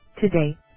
Today